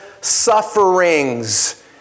sufferings